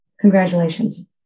Congratulations